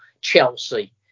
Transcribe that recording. chelsea